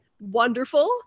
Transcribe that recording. wonderful